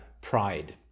Pride